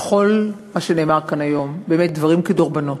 וכל מה שנאמר כאן היום, באמת דברים כדרבונות,